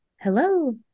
Hello